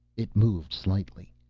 it moved slightly.